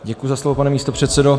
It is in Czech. Děkuji za slovo, pane místopředsedo.